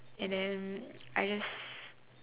and then I just